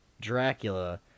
Dracula